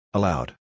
Allowed